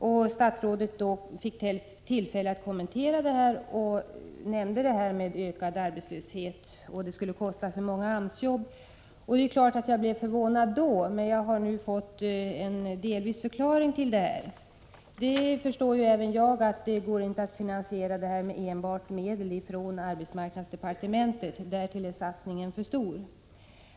När statsrådet fick tillfälle att kommentera det förslaget nämnde hon att det skulle medföra ökad arbetslöshet och kosta för många AMS-jobb. Det är klart att jag då blev förvånad, men jag har nu delvis fått en förklaring till uttalandet. Även jag förstår att det inte går att finansiera ett sådant järnvägsbygge enbart med medel från arbetsmarknadsdepartementet — därtill är satsningen för stor.